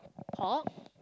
pork